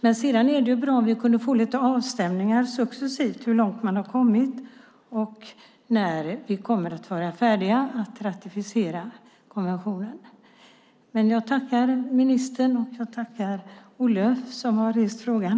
Det vore dock bra om vi successivt kunde få lite avstämningar av hur långt man har kommit och när vi kommer att vara färdiga att ratificera konventionen. Jag tackar ministern, och jag tackar Olle, som har rest frågan.